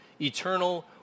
eternal